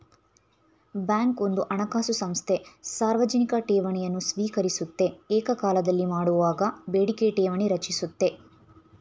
bank ಒಂದು ಹಣಕಾಸು ಸಂಸ್ಥೆ ಸಾರ್ವಜನಿಕ ಠೇವಣಿಯನ್ನು ಸ್ವೀಕರಿಸುತ್ತೆ ಏಕಕಾಲದಲ್ಲಿ ಸಾಲಮಾಡುವಾಗ ಬೇಡಿಕೆ ಠೇವಣಿ ರಚಿಸುತ್ತೆ